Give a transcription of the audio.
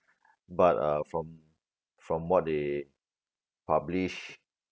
but uh from from what they published